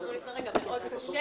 מאוד קשה